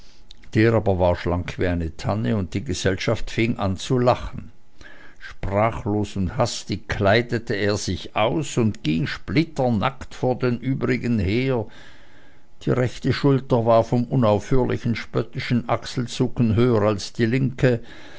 war aber schlank wie eine tanne und die gesellschaft fing an zu lachen sprachlos und hastig kleidete er sich aus und ging splitternackt vor den übrigen her die rechte schulter war vom unaufhörlichen spöttischen achselzucken höher als die linke